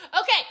okay